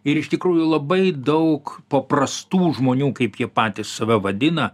ir iš tikrųjų labai daug paprastų žmonių kaip jie patys save vadina